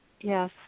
Yes